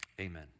Amen